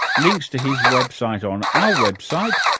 links to his website on our website,